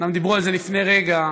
אומנם דיברו על זה לפני רגע,